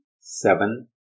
Seven